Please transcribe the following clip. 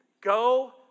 Go